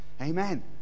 amen